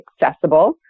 accessible